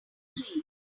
three